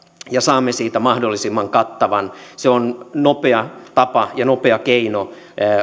ja saamme siitä mahdollisimman kattavan se on nopea tapa ja nopea keino